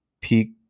peak